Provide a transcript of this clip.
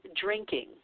drinking